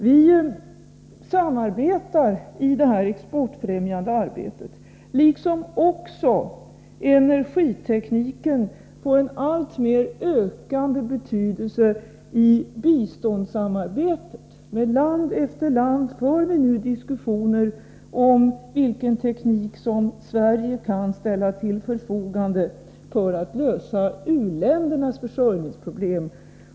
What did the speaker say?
Vi samarbetar i detta exportfrämjande arbete. Energitekniken får också en allt större betydelse i biståndssamarbetet. Vi för nu med land efter land diskussioner om vilken teknik som Sverige kan ställa till förfogande för lösande av u-ländernas försörjningspro blem.